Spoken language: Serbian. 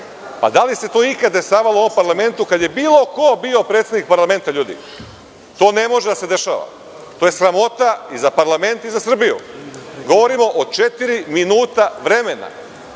li se to ikada dešavalo u ovom parlamentu kada je bilo ko bio predsednik parlamenta, ljudi? To ne može da se dešava. To je sramota i za parlament i za Srbiju. Govorimo o četiri minuta vremena,